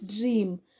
dream